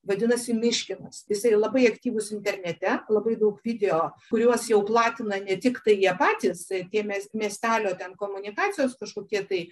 vadinasi miškinas jisai labai aktyvūs internete labai daug video kuriuos jau platina ne tiktai jie patys tie mies miestelio ten komunikacijos kažkokie tai